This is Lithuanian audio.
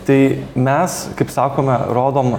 tai mes kaip sakome rodom